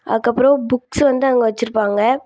அதுக்கப்புறம் புக்ஸ் வந்து அங்கே வச்சிருப்பாங்க